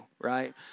right